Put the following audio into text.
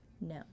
No